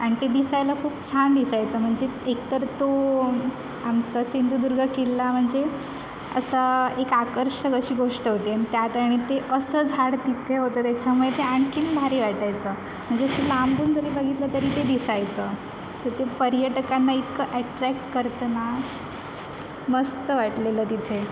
आणि ते दिसायला खूप छान दिसायचं म्हणजे एकतर तो आमचा सिंधुदुर्ग किल्ला म्हणजे असा एक आकर्षक अशी गोष्ट होती आणि त्यात आणि ते असं झाड तिथे होतं त्याच्यामुळे ते आणखीन भारी वाटायचं म्हणजे असं लांबून जरी बघितलं तरी ते दिसायचं सतत पर्यटकांना इतकं अॅट्रॅक्ट करतं ना मस्त वाटलेलं तिथे